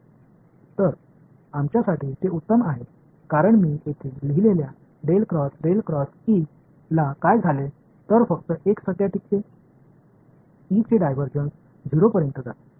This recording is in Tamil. ஆகவே இது எங்களுக்கு மிகவும் நல்லது ஏனென்றால் நான் இங்கு என்று எழுதியதற்கு என்ன நடக்கிறது என்றால் ஒரு வெளிப்பாடு மட்டுமே நீடித்து உள்ளது E இன் டைவர்ஜன்ஸ் 0 க்கு செல்கிறது எனவே எனக்கு ஒரு இருக்கிறது